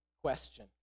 question